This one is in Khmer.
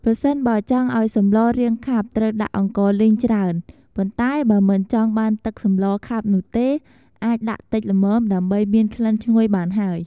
ប្រសិនបើចង់អោយសម្លរាងខាប់ត្រូវដាក់អង្ករលីងច្រើន ប៉ុន្តែបើមិនចង់បានទឹកសម្លខាប់នោះទេអាចដាក់តិចល្មមដើម្បីមានក្លិនឈ្ងុយបានហើយ។